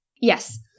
Yes